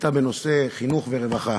הייתה בנושא חינוך ורווחה.